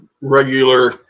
regular